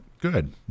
good